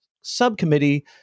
subcommittee